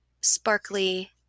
sparkly